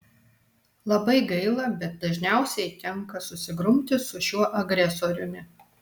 labai gaila bet dažniausiai tenka susigrumti su šiuo agresoriumi